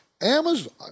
Amazon